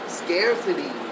scarcity